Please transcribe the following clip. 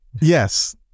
Yes